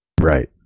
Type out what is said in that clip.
Right